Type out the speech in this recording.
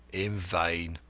in vain.